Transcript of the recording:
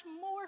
more